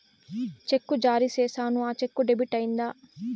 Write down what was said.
చెక్కు జారీ సేసాను, ఆ చెక్కు డెబిట్ అయిందా